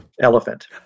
Elephant